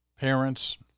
parents